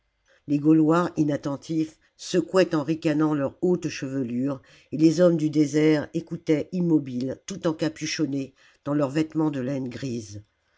les gaulois inattentifs secouaient en ricanant leur haute chevelure et les hommes du désert écoutaient immobiles tout encapuchonnés dans leurs vêtements de laine grise